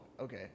okay